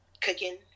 Cooking